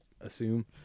assume